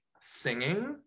singing